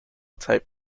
tape